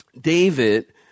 David